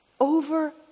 over